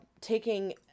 taking